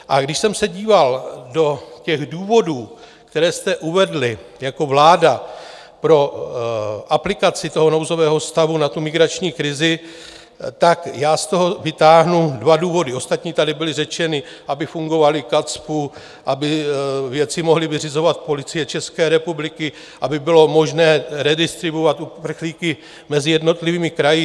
A když jsem se díval do těch důvodů, které jste uvedli jako vláda pro aplikaci nouzového stavu na tu migrační krizi, tak já z toho vytáhnu dva důvody, ostatní tady byly řečeny, aby fungovaly KACPU, aby věci mohla vyřizovat Policie České republiky, aby bylo možné redistribuovat uprchlíky mezi jednotlivými kraji.